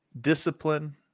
discipline